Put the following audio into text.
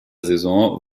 saison